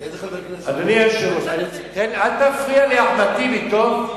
אל תפריע לי, חבר הכנסת טיבי, טוב?